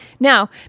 Now